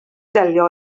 delio